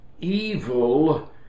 evil